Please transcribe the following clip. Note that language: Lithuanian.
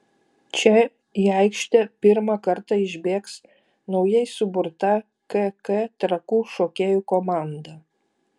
čia į aikštę pirmą kartą išbėgs naujai suburta kk trakų šokėjų komanda